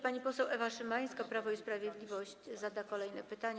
Pani poseł Ewa Szymańska, Prawo i Sprawiedliwość, zada kolejne pytanie.